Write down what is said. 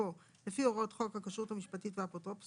לתוקפו לפי הוראות חוק הכשרות המשפטית והאפוטרופסות,